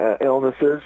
illnesses